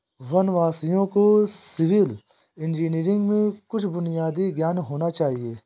वनवासियों को civil engineering में कुछ बुनियादी ज्ञान होना चाहिए